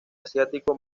asiático